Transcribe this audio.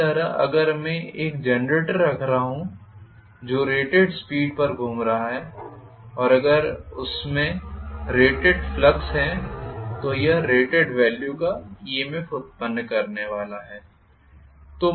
इसी तरह अगर मैं एक जनरेटर रख रहा हूँ जो रेटेड स्पीड पर घूम रहा है और अगर उसमें रेटेड फ्लक्स है तो यह रेटेड वॅल्यू का EMF उत्पन्न करने वाला है